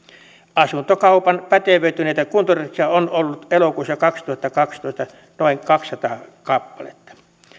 asuntokaupan pätevöityneitä kuntotarkastajia on ollut elokuussa kaksituhattakaksitoista noin kaksisataa kappaletta